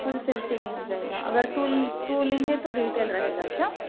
whole cell سے میں مل جائے گا اگر ٹو ٹو لیں گے تو ریٹیل رہے گا کیا